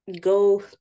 go